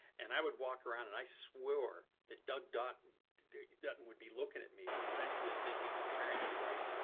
and i would walk around and i swore that doug dutton doug dutton would be looking at me essentially thinking, why aren't you writing?